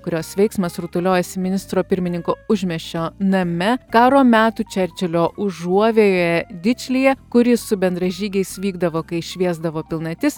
kurios veiksmas rutuliojasi ministro pirmininko užmiesčio name karo metų čerčilio užuovėjoje dičlyje kur jis su bendražygiais vykdavo kai šviesdavo pilnatis